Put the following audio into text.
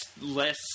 less